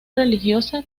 religiosa